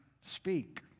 speak